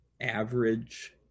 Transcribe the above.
average